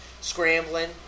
scrambling